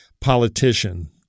politician